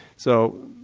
so,